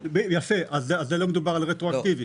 יפה, אז זה לא מדובר על רטרואקטיבי.